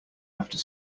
after